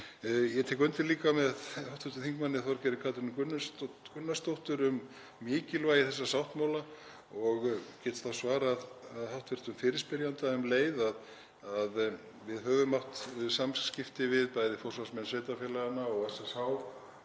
Ég tek undir líka með hv. þm. Þorgerði Katrínu Gunnarsdóttur um mikilvægi þessa sáttmála og get þá svarað hv. fyrirspyrjanda um leið að við höfum átt samskipti við bæði forsvarsmenn sveitarfélaganna og SSH,